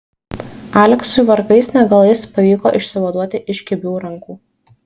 aleksui vargais negalais pavyko išsivaduoti iš kibių rankų